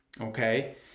Okay